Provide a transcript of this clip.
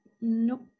Nope